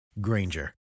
Granger